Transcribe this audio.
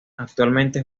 actualmente